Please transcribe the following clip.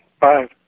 Five